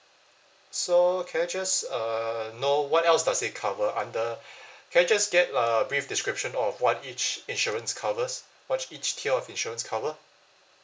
so can I just uh know what else does it cover under can I just get a brief description of what each insurance covers what each tier of insurance cover